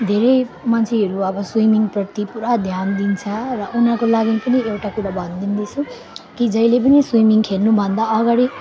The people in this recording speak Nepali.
धेरै मान्छेहरू अब स्विमिङप्रति पुरा ध्यान दिन्छ र उनीहरूको लागि पनि एउटा कुरो भनिदिँदैछु कि जहिले पनि स्विमिङ खेल्नुभन्दा अगाडि